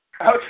Okay